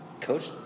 Coach